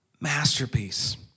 masterpiece